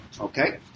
Okay